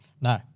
No